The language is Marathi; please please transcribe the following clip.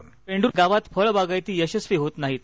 पेंडुर गावात फळबागायती यशस्वी होत नाहीत